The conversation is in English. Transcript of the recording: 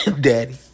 Daddy